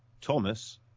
Thomas